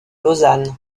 lausanne